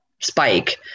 spike